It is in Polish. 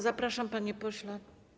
Zapraszam, panie pośle.